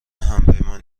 همپیمان